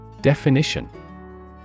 Definition